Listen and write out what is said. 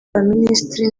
abaminisitiri